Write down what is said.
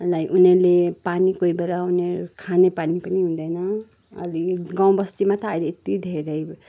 like उनीहरूले पानी कोही बेला उनीहरू खाने पानी पनि हुँदैन अलिक गाउँ बस्तीमा त अहिले यति धेरै